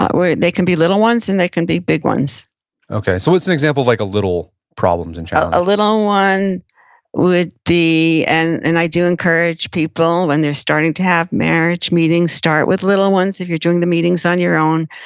but they can be little ones, and they can be big ones okay, so what's an example of like a little problems and challenge? a little one would be, and and i do encourage people when they're starting to have marriage meetings start with little ones, if you're doing the meetings on your own,